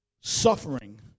suffering